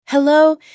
Hello